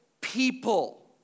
people